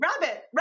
Rabbit